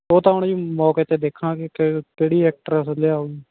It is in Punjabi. ਉਹ ਤਾਂ ਹੁਣ ਜੀ ਮੌਕੇ 'ਤੇ ਦੇਖਾਂਗੇ ਕਿ ਕਿਹੜੀ ਐਕਟਰਸ ਲਿਆ